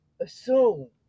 assume